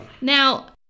Now